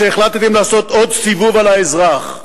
שהחלטתם לעשות עוד סיבוב על האזרח.